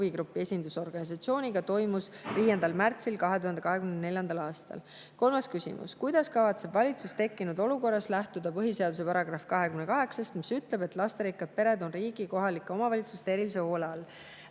huvigrupi esindusorganisatsiooniga toimus 5. märtsil 2024. aastal. Kolmas küsimus: "Kuidas kavatseb valitsus tekkinud olukorras lähtuda põhiseaduse §28‑st, mis ütleb, et lasterikkad pered on riigi ja kohalike omavalitsuste erilise hoole